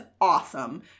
awesome